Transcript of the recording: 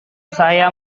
saya